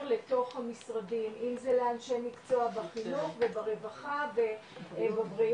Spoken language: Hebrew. לתוך המשרדים אם זה לאנשי מקצוע בחינוך וברווחה ובבריאות